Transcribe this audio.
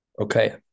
Okay